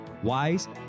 wise